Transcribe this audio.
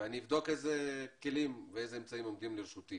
אני אבדוק איזה כלים ואיזה אמצעים עומדים לרשותי